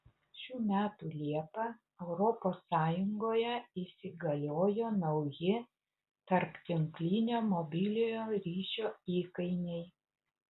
šių metų liepą europos sąjungoje įsigaliojo nauji tarptinklinio mobiliojo ryšio įkainiai